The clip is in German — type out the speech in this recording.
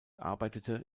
arbeitete